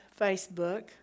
facebook